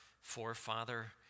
forefather